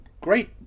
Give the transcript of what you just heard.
great